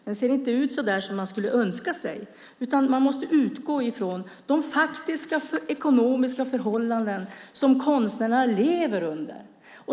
Den ser inte ut så där som man skulle önska sig, utan man måste utgå ifrån de faktiska ekonomiska förhållanden som konstnärer lever under.